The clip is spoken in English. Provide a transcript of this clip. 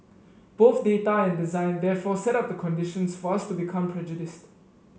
both data and design therefore set up the conditions for us to become prejudiced